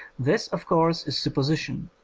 this, of course, is supposi tion,